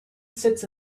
sits